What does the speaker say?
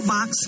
Box